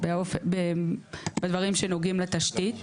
בדברים שנוגעים לתשתית,